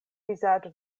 vizaĝo